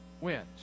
wins